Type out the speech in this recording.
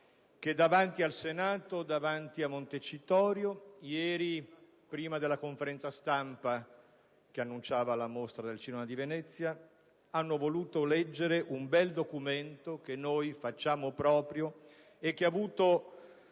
che, davanti al Senato e alla Camera, e prima della conferenza stampa che annunciava la Mostra del cinema di Venezia, hanno voluto leggere un bel documento che noi facciamo nostro e che ha ricevuto